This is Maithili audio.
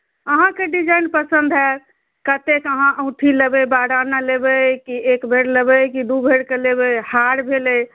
अहाँके डिजाइन पसन्द हैत कतेक अहाँ औँठी लेबै बारह आना लेबै कि एक भरि लेबै कि दू भरि के लेबै हार भेलै